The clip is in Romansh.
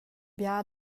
bia